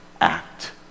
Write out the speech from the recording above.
act